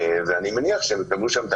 ואני מניח שהם יקבלו שם את